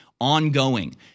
ongoing